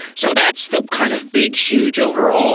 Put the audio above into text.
so that's the kind of big, huge overall